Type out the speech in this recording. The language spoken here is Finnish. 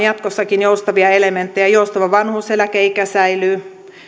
jatkossakin joustavia elementtejä joustava vanhuuseläkeikä säilyy